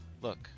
Look